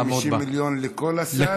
150 מיליון לכל הסל?